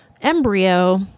embryo